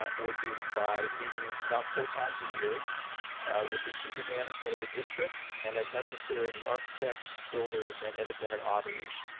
ah or duty, by meeting about four times a year with the senior management of the district, and as necessary, the architects, builders and independent auditors.